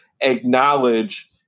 acknowledge